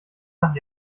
nach